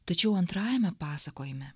tačiau antrajame pasakojime